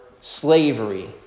slavery